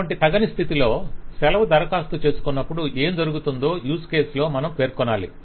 అటువంటి తగని స్థితిలో సెలవు దరఖాస్తు చేసుకొన్నప్పుడు ఏం జరుగుతుందో యూజ్ కేస్ లో మనం పేర్కొనాలి